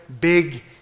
big